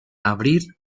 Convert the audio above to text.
abrir